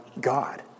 God